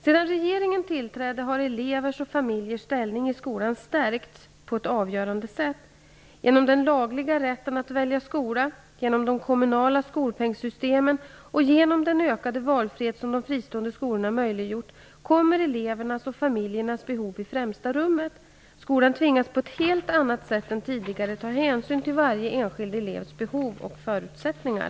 Sedan regeringen tillträdde har elevers och familjers ställning i skolan stärkts på ett avgörande sätt. Genom den lagliga rätten att välja skola, genom de kommunala skolpengssystemen och genom den ökade valfrihet som de fristående skolorna möjliggjort kommer elevernas och familjernas behov i främsta rummet. Skolan tvingas på ett helt annat sätt än tidigare ta hänsyn till varje enskild elevs behov och förutsättningar.